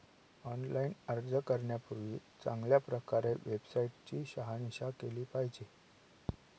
online अर्ज करण्यापूर्वी चांगल्या प्रकारे वेबसाईट ची शहानिशा केली पाहिजे